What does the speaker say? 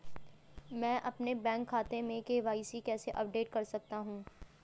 मैं अपने बैंक खाते में के.वाई.सी कैसे अपडेट कर सकता हूँ?